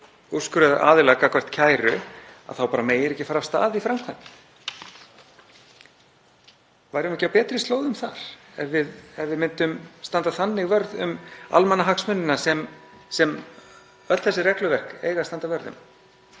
úrskurðaraðila gagnvart kæru þá megirðu ekki fara af stað í framkvæmd. Værum við ekki á betri slóðum þar ef við myndum standa þannig vörð um almannahagsmunina sem öll þessi regluverk eiga að standa vörð um?